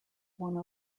one